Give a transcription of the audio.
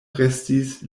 restis